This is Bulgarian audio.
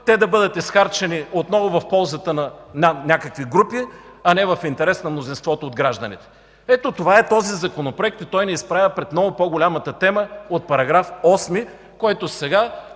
те да бъдат изхарчени отново в ползата на някакви групи, а не в интерес на мнозинството от гражданите. Ето, това е този Законопроект. Той ни изправя пред много по-голямата тема от § 8, който сега,